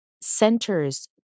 centers